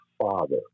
Father